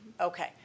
okay